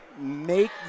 Make